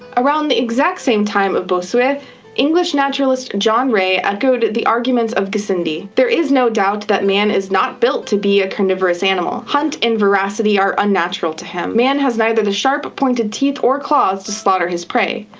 around the exact same time of bossuet, english naturalist john ray echoed the arguments of gassendi. there is no doubt, that man is not built to be a carnivorous animal hunt and voracity are unnatural to him. man has neither the sharp pointed teeth or claws to slaughter his prey.